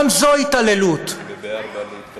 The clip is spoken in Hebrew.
גם זו התעללות, וב-04:00 להתקלח.